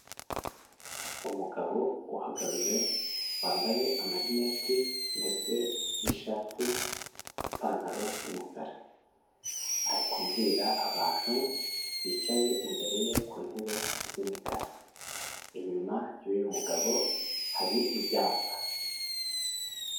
Umugabo uhagaze, wambaye amarineti ndetse n'ishati n'ipantaro y'umukara. Ari kubwira abantu bicaye imbere ye ku ntebe z'imikara. Inyuma y'uyu mugabo hari ibyapa.